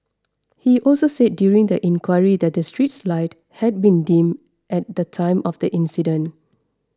he also said during the inquiry that the street lights had been dim at the time of the incident